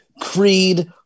Creed